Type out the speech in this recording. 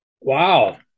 Wow